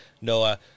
Noah